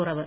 കുറവ്